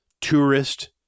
tourist